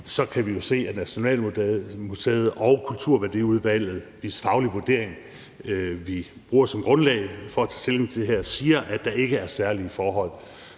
kan vi jo se, at Nationalmuseet og Kulturværdiudvalget, hvis faglige vurdering vi bruger som grundlag for at tage stilling til det her, siger, at der ikke er særlige forhold,